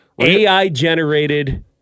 AI-generated